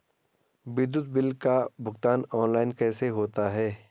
विद्युत बिल का भुगतान ऑनलाइन कैसे होता है?